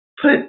put